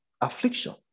affliction